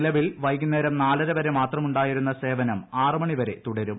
നിലവിൽ വൈകുന്നേരം നാലരവരെ മാത്രമുണ്ടായിരുന്ന സേവനം ആറുമണിവരെ തുടരും